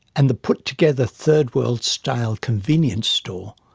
and the put-together third-world-style convenience store,